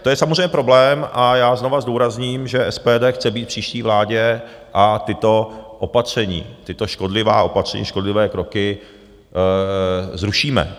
To je samozřejmě problém a já znovu zdůrazním, že SPD chce být v příští vládě a tato opatření, tato škodlivá opatření, škodlivé kroky zrušíme.